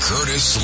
Curtis